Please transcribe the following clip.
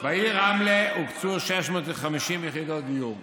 בעיר רמלה הוקצו 650 יחידות דיור,